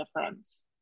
difference